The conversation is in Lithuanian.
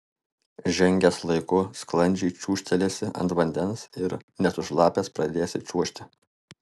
žengęs laiku sklandžiai čiūžtelėsi ant vandens ir nesušlapęs pradėsi čiuožti